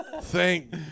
thank